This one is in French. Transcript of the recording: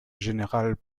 général